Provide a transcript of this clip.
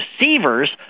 receivers